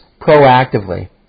proactively